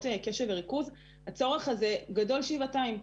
קשב וריכוז הצורך הזה גדול שבעתיים.